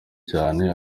cyane